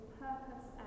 purpose